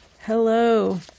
Hello